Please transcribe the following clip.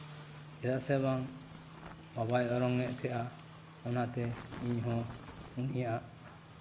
ᱪᱮᱫᱟᱜ ᱥᱮ ᱵᱟᱝ ᱵᱟᱵᱟᱭ ᱚᱨᱚᱝᱼᱮ ᱛᱟᱦᱮᱱᱟ ᱚᱱᱟᱛᱮ ᱤᱧ ᱦᱚᱸ ᱩᱱᱤᱭᱟᱜ